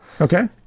Okay